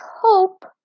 hope